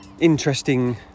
interesting